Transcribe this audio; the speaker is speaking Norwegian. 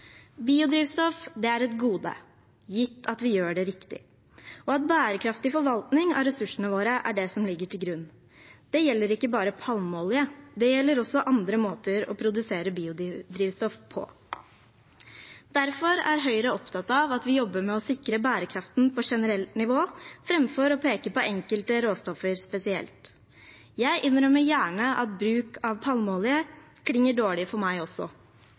Biodrivstoff er et gode, gitt at vi gjør det riktig, og at bærekraftig forvaltning av ressursene våre er det som ligger til grunn. Det gjelder ikke bare palmeolje, det gjelder også andre måter å produsere biodrivstoff på. Derfor er Høyre opptatt av at vi jobber med å sikre bærekraften på generelt nivå, framfor å peke på enkelte råstoffer spesielt. Jeg innrømmer gjerne at bruk av palmeolje klinger dårlig for meg også,